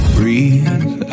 Breathe